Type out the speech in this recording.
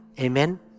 Amen